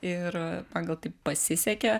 ir man gal taip pasisekė